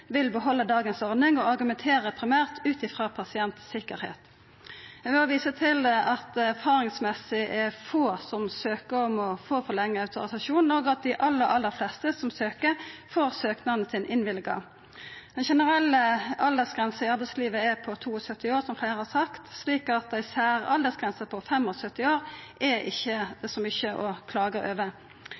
vil behalda dagens ordning og argumenterer primært ut frå pasientsikkerheit. Eg vil òg visa til at det erfaringsmessig er få som søkjer om å få forlengd autorisasjon, og at dei aller, aller fleste som søkjer, får søknaden sin innvilga. Den generelle aldersgrensa i arbeidslivet er på 72 år, som fleire har sagt, slik at ei særaldersgrense på 75 år ikkje er så mykje å klaga over.